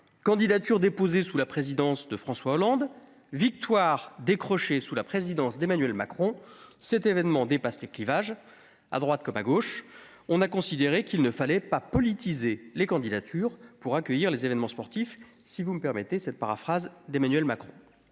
Candidature déposée sous la présidence de François Hollande, victoire décrochée sous la présidence d'Emmanuel Macron : cet événement dépasse les clivages. À droite comme à gauche, on a considéré qu'il ne fallait pas politiser les candidatures visant à accueillir les événements sportifs- si vous me permettez de paraphraser Emmanuel Macron